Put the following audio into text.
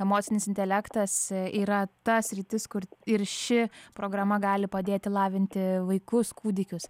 emocinis intelektas yra ta sritis kur ir ši programa gali padėti lavinti vaikus kūdikius